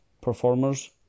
performers